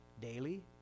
daily